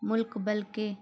ملک بلکہ